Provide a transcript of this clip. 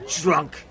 drunk